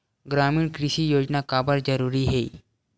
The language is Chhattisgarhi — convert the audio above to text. ग्रामीण कृषि योजना काबर जरूरी हे?